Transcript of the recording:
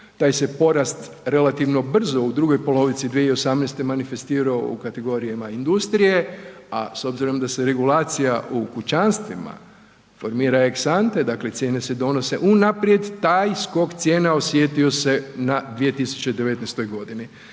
taj se porat relativno brzo u drugoj polovici 2018. manifestirao u kategorijama industrije a s obzirom da se regulacija u kućanstvima formira ex ante, dakle cijene se donose unaprijed, taj skok cijena osjetio se na 2019. godini.